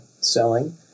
selling